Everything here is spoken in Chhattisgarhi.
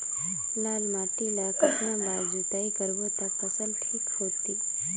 लाल माटी ला कतना बार जुताई करबो ता फसल ठीक होती?